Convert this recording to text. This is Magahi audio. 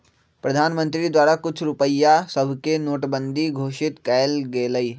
प्रधानमंत्री द्वारा कुछ रुपइया सभके नोटबन्दि घोषित कएल गेलइ